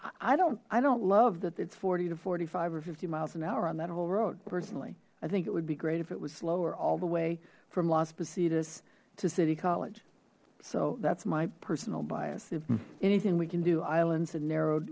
i don't i don't love that it's forty to forty five or fifty miles an hour on that whole road personally i think it would be great if it was slower all the way from las positas to city college so that's my personal bias if anything we can do islands and narrowed